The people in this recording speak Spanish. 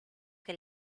que